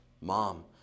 mom